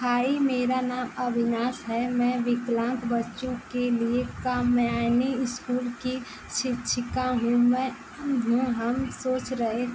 हाय मेरा नाम अविनाश है मैं विकलांग बच्चों के लिए कामायनी स्कूल की शिक्षिका हूँ मैं हम सोच रहे